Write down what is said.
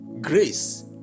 grace